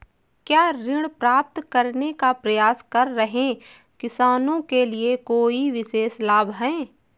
क्या ऋण प्राप्त करने का प्रयास कर रहे किसानों के लिए कोई विशेष लाभ हैं?